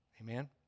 Amen